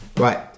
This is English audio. Right